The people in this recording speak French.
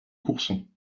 courson